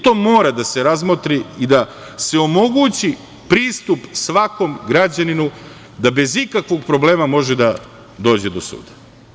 To mora da se razmotri i da se omogući pristup svakom građaninu da bez ikakvog problema može da dođe do suda.